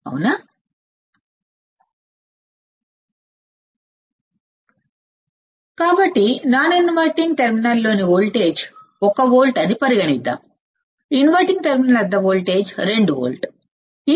అవునా కాబట్టి మనం ఇప్పుడు నాన్ ఇన్వర్టింగ్ టెర్మినల్లోని వోల్టేజ్ 1 వోల్ట్ అని ఇన్వర్టింగ్ టెర్మినల్ వద్ద వోల్టేజ్ 2 వోల్ట్స్ అని పరిగణిద్దాం